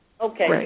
Okay